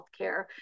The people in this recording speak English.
healthcare